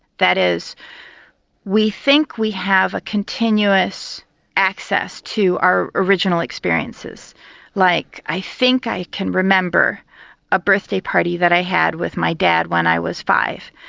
that is we think we have a continuous access to our original experiences like i think i can remember a birthday party that i had with my dad when i was five.